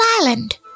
Island